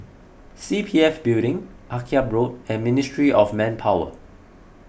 C P F Building Akyab Road and Ministry of Manpower